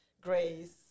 Grace